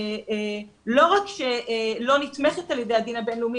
לא רק שלא נתמכת על ידי הדין הבין-לאומי,